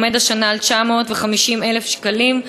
העומד השנה על 950,000 שקלים,